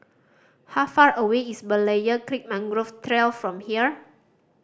how far away is Berlayer Creek Mangrove Trail from here